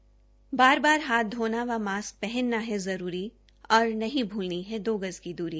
बार बार हाथ धोना व मास्क पहनना है जरूरी और नहीं भूलनी है दो गज की द्ररी